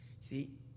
see